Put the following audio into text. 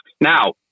Now